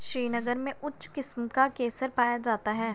श्रीनगर में उच्च किस्म का केसर पाया जाता है